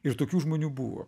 ir tokių žmonių buvo